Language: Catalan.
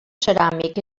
ceràmic